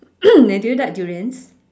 do you like durians